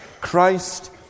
Christ